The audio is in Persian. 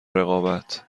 رقابت